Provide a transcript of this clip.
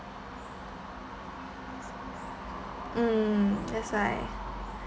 mm that's why